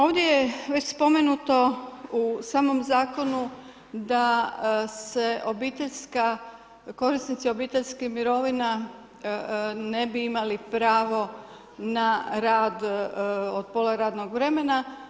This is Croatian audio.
Ovdje je već spomenuto u samom zakonu da se obiteljska, korisnici obiteljskih mirovina, ne bi imali pravo na rad od pola radnog vremena.